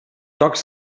tocs